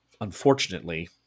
unfortunately